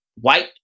White